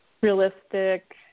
realistic